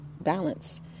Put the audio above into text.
balance